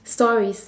stories